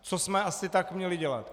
Co jsme asi tak měli dělat?